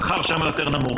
השכר שם נמוך יותר,